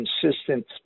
consistent